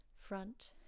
front